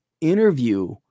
Interview